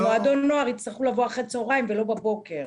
למועדון נוער יצטרכו לבוא אחר הצהריים ולא בבוקר.